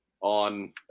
on